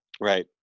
right